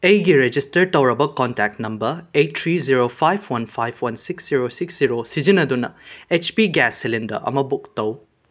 ꯑꯩꯒꯤ ꯔꯦꯖꯤꯁꯇꯔ ꯇꯧꯔꯕ contact number eight three zero five one five one six zero six zero ꯁꯤꯖꯤꯟꯅꯗꯨꯅ H P gas cylinder ꯑꯃ book ꯇꯧ